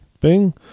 Bing